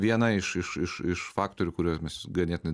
viena iš iš iš iš faktorių kuriuos mes ganėtinai